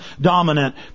dominant